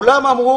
כולם אמרו.